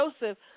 Joseph